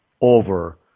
over